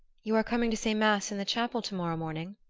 you are coming to say mass in the chapel to-morrow morning?